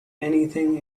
anything